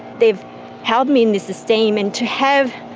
they've held me in this esteem, and to have